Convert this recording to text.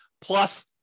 Plus